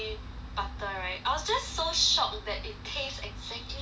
butter right I was just so shocked that it taste exactly like the